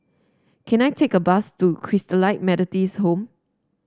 can I take a bus to Christalite Methodist Home